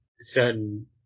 certain